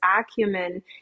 acumen